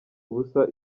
ubusa